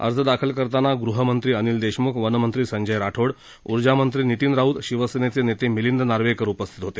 अर्ज दाखल करताना गृहमंत्री अनिल देशमुख वनमंत्री संजय राठोड उर्जा मंत्री नितीन राऊत शिवसेना नेते मिलिंद नार्वेकर उपस्थित होते